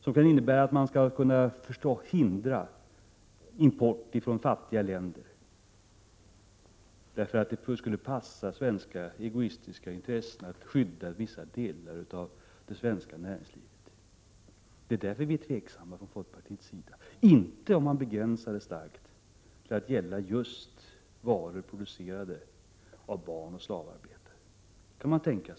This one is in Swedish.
Det kan innebära att man skall kunna hindra import från fattiga länder därför att det skulle passa svenska egoistiska intressen att skydda vissa delar av det svenska näringslivet. Det är därför vi från folkpartiets sida är tveksamma. Om man däremot begränsar klausulen till att gälla varor producerade med hjälp av barnoch slavarbetare, kan man = Prot.